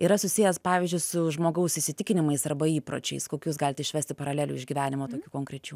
yra susijęs pavyzdžiui su žmogaus įsitikinimais arba įpročiais kokius galit išvesti paralelių iš gyvenimo tokių konkrečių